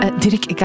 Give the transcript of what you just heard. Dirk